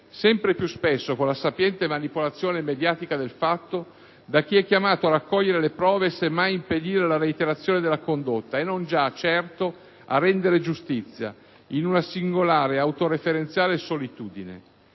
(sempre più spesso con la sapiente manipolazione mediatica del fatto) da chi è chiamato a raccogliere le prove e semmai impedire la reiterazione della condotta, e non già, certo, a rendere giustizia, in una singolare autoreferenziale solitudine